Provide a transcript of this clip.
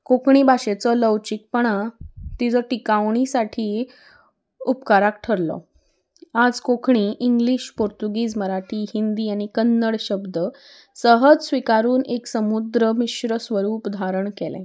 कोंकणी भाशेचो लवचीकपणा तिजो टिकावणी साठी उपकाराक ठरलो आज कोंकणीन इंग्लिश पोर्तुगीज मराठी हिंदी आनी कन्नड शब्द सहज स्विकारून एक समुद्र मिश्र स्वरूप धारण केलें